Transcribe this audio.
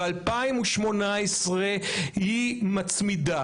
ב-2018 היא מצמידה,